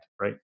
Right